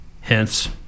Hence